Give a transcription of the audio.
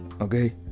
okay